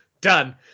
Done